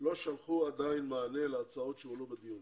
לא שלחו עדיין מענה להצעות שהועלו בדיון.